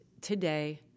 today